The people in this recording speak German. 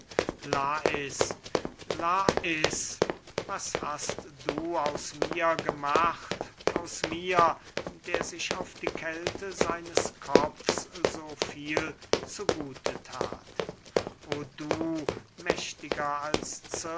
lais lais was hast du aus mir gemacht aus mir der sich auf die kälte seines kopfs so viel zu gute that o du mächtiger als